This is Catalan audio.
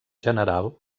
general